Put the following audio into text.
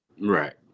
Right